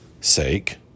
sake